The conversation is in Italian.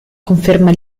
conferma